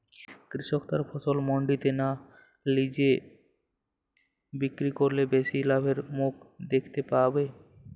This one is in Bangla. কৃষক তার ফসল মান্ডিতে না নিজে বিক্রি করলে বেশি লাভের মুখ দেখতে পাবে?